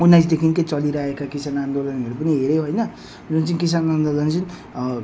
उन्नाइसदेखिको चलिरहेका किसान आन्दोलनहरू पनि हेर्यौँ होइन जुन चाहिँ किसान आन्दोलन जुन चाहिँ